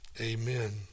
Amen